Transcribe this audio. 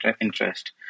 interest